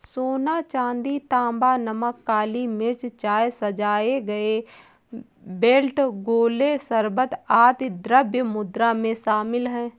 सोना, चांदी, तांबा, नमक, काली मिर्च, चाय, सजाए गए बेल्ट, गोले, शराब, आदि द्रव्य मुद्रा में शामिल हैं